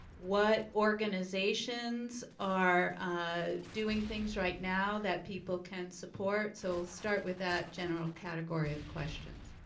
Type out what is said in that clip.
what organizations are ah doing things right now that people can support? so we'll start with that general category of questions.